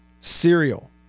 Cereal